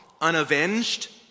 unavenged